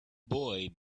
boy